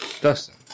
Dustin